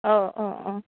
औ अ अ